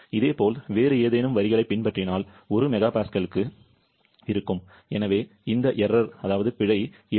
இதேபோல் வேறு ஏதேனும் வரிகளைப் பின்பற்றினால் 1 MPa க்கு எனவே பிழை 7